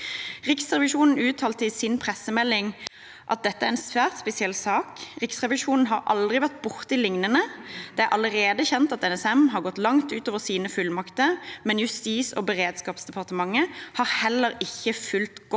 Riksrevisjonen skrev i sin pressemelding: «Dette er en svært spesiell sak. Riksrevisjonen har aldri vært borti noe lignende. Det er allerede kjent at NSM har gått langt utover sine fullmakter, men Justis- og beredskapsdepartementet har heller ikke fulgt godt